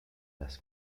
las